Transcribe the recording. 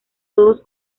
todos